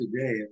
today